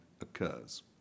occurs